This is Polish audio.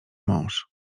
mąż